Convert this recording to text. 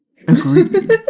Agreed